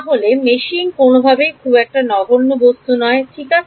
তাহলে meshing কোনভাবেই খুব একটা নগণ্য বস্তু নয় ঠিক আছে